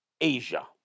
Asia